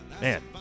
man